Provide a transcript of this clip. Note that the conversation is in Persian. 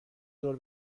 دور